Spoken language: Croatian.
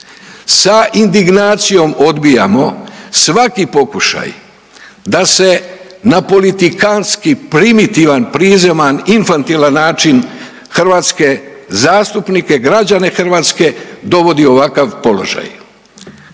Sa indignacijom odbijamo svaki pokušaj da se na politikantski primitivan, prizeman, infantilan način hrvatske zastupnike, građane Hrvatske dovodi u ovakav položaj.